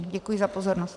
Děkuji za pozornost.